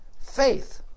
Faith